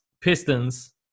Pistons